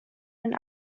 den